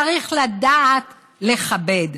צריך לדעת לכבד.